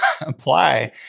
apply